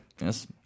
Yes